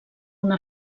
una